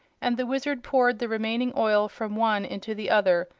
and the wizard poured the remaining oil from one into the other,